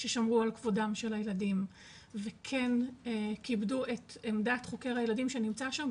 ששמרו על כבודם של הילדים וכן כיבדו את עמדת חוקר הילדים שנמצא שם,